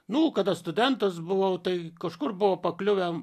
nu kada studentas buvau tai kažkur buvo pakliuvę